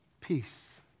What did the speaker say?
peace